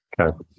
Okay